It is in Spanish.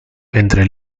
entre